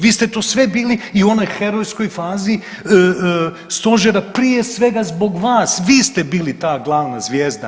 Vi ste to sve bili i u onoj herojskoj fazi Stožera prije svega zbog vas, vi ste bili ta glavna zvijezda.